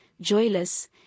joyless